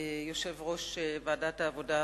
יושב-ראש ועדת העבודה,